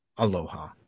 aloha